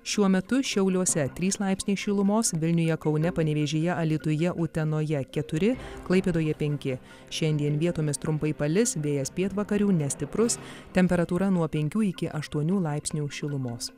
šiuo metu šiauliuose trys laipsniai šilumos vilniuje kaune panevėžyje alytuje utenoje keturi klaipėdoje penki šiandien vietomis trumpai palis vėjas pietvakarių nestiprus temperatūra nuo penkių iki aštuonių laipsnių šilumos